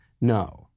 No